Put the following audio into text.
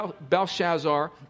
Belshazzar